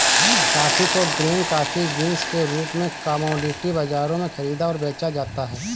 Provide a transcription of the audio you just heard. coffee को green coffee beans के रूप में कॉमोडिटी बाजारों में खरीदा और बेचा जाता है